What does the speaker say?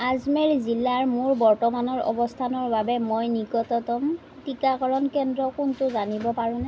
আজমেৰ জিলাৰ মোৰ বৰ্তমানৰ অৱস্থানৰ বাবে মই নিকটতম টীকাকৰণ কেন্দ্ৰ কোনটো জানিব পাৰোঁনে